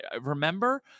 Remember